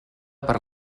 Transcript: per